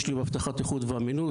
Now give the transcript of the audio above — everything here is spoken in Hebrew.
התואר השני שלי באבטחת איכות ואמינות.